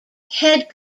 head